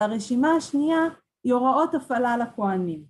‫ברשימה השנייה, הוראות הפעלה לכוהנים.